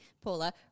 Paula